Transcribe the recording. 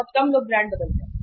बहुत कम लोग ब्रांड बदलते हैं